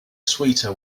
sweeter